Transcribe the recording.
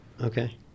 Okay